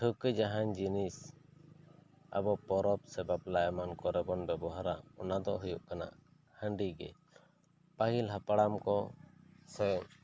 ᱴᱷᱟᱹᱣᱠᱟᱹ ᱡᱟᱦᱟᱱ ᱡᱤᱱᱤᱥ ᱟᱵᱚ ᱯᱚᱨᱚᱵᱽ ᱥᱮ ᱵᱟᱯᱞᱟ ᱮᱢᱟᱱ ᱠᱚ ᱨᱮ ᱵᱚᱱ ᱵᱮᱵᱚᱦᱟᱨᱟ ᱚᱱᱟ ᱫᱚ ᱦᱩᱭᱩᱜ ᱠᱟᱱᱟ ᱦᱟᱺᱰᱤ ᱜᱮ ᱯᱟᱹᱦᱤᱞ ᱦᱟᱯᱲᱟᱢ ᱠᱚ ᱥᱮ